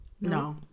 No